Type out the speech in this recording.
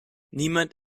niemand